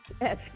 Yes